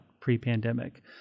pre-pandemic